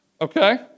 Okay